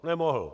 Nemohl.